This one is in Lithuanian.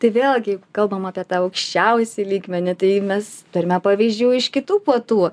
tai vėlgi kalbam apie tą aukščiausią lygmenį tai mes turime pavyzdžių iš kitų puotų